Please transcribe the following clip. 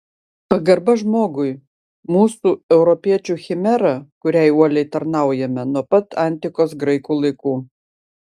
pagarba žmogui mūsų europiečių chimera kuriai uoliai tarnaujame nuo pat antikos graikų laikų